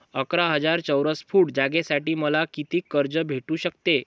अकरा हजार चौरस फुट जागेसाठी मले कितीक कर्ज भेटू शकते?